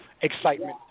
excitement